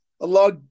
allah